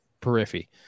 periphery